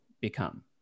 become